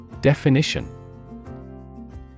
Definition